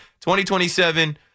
2027